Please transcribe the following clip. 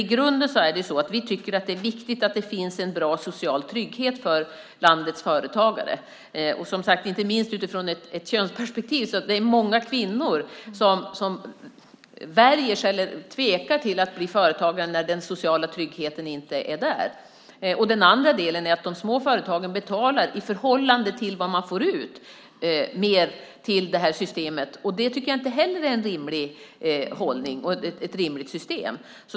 I grunden tycker vi att det är viktigt att det finns en bra social trygghet för landets företagare, som sagt inte minst utifrån ett könsperspektiv. Det är många kvinnor som värjer sig eller tvekar inför att bli företagare när den sociala tryggheten inte är där. Den andra delen är att de små företagen i förhållande till vad de får ut betalar mer till systemet. Det tycker jag inte heller är en rimlig hållning och ett rimligt system.